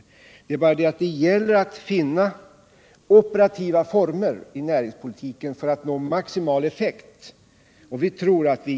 Men det gäller att finna operativa former i näringspolitiken för att nå maximal effekt.